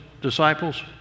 disciples